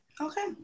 Okay